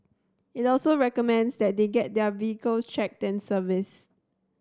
it also recommends that they get their vehicles checked and serviced